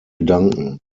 bedanken